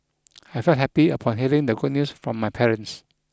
I felt happy upon hearing the good news from my parents